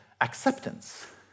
acceptance